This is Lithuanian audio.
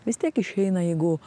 vis tiek išeina jeigu